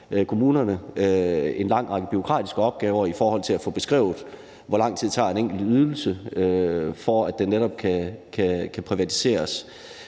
kommunerne en lang række bureaukratiske opgaver i forhold til at få beskrevet, hvor lang tid en enkelt ydelse tager, netop for at den kan privatiseres.